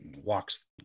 walks